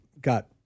got